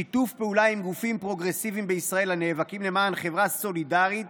1. שיתוף פעולה עם גופים פרוגרסיביים בישראל הנאבקים למען חברה סולידרית